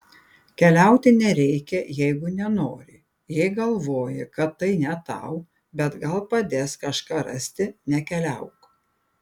keliauti nereikia jeigu nenori jei galvoji kad tai ne tau bet gal padės kažką rasti nekeliauk